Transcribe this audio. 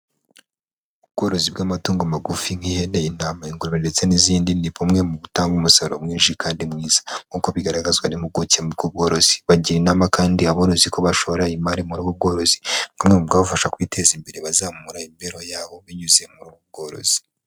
Ubworozi bw'amatungo magufi nk'ihene, intama ndetse n'izindi ni bumwe mu butanga umusaruro mwinshi kandi mwiza, nk'uko bigaragazwa n'impuguke muri ubwo bworozi bagira inama kandi abarozi ko bashora imari muri ubwo bworozi nka bumwe mu bwabafasha kwiteza imbere bazamura imibereho yabo binyuze muri ubwo bworozi.